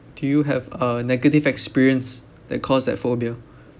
do you have a negative experience that cause that phobia